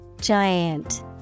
Giant